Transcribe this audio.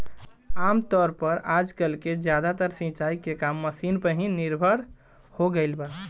आमतौर पर आजकल के ज्यादातर सिंचाई के काम मशीन पर ही निर्भर हो गईल बा